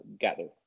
gather